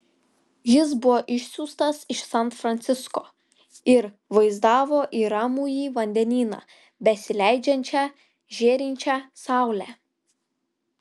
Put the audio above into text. jis buvo išsiųstas iš san francisko ir vaizdavo į ramųjį vandenyną besileidžiančią žėrinčią saulę